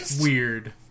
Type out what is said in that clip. weird